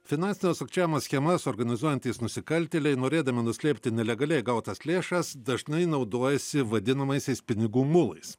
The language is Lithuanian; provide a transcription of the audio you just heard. finansinio sukčiavimo schemas organizuojantys nusikaltėliai norėdami nuslėpti nelegaliai gautas lėšas dažnai naudojasi vadinamaisiais pinigų mulais